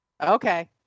Okay